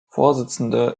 vorsitzende